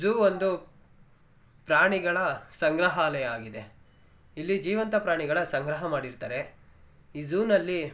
zoo ಒಂದು ಪ್ರಾಣಿಗಳ ಸಂಗ್ರಹಾಲಯ ಆಗಿದೆ ಇಲ್ಲಿ ಜೀವಂತ ಪ್ರಾಣಿಗಳ ಸಂಗ್ರಹ ಮಾಡಿರ್ತಾರೆ ಈ ಝೂನಲ್ಲಿ